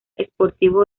sportivo